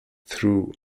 through